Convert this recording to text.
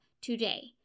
today